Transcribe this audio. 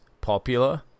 popular